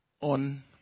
on